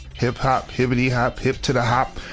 hip hop, hippity hop, hip to the hop,